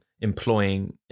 employing